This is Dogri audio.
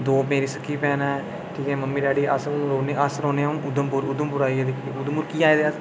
दौं मेरियां सक्कियां भैनां न मेरी मम्मी अस हून रौह्न्ने उधमपुर उधमपुर आइयै उधमपुर कीऽ आए दे अस